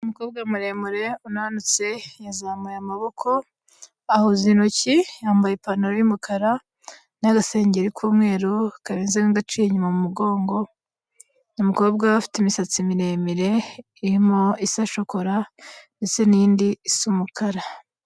Umukobwa muremure unanutse yazamuye amaboko, ahuza intoki yambaye ipantaro y'umukara n'agasengeri k'umweru kameze nk'agaciye inyuma mu mugongo, uyu mukobwa afite imisatsi miremire isa shokora n'indi isa umukara.